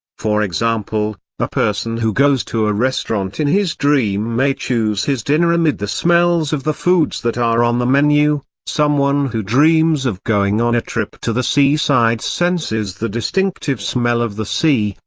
for example, a person who goes to a restaurant in his dream may choose his dinner amid the smells of the foods that are on the menu someone who dreams of going on a trip to the sea side senses the distinctive smell of the sea,